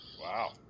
wow